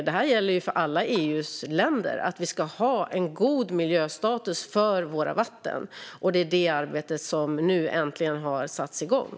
Det gäller för alla EU:s länder att vi ska ha en god miljöstatus för våra vatten. Det är det arbetet som nu äntligen har satts igång.